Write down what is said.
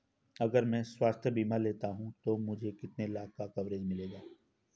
अगर मैं स्वास्थ्य बीमा लेता हूं तो मुझे कितने लाख का कवरेज मिलेगा?